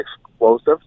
explosives